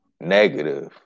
negative